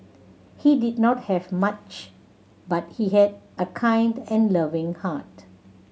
he did not have much but he had a kind and loving heart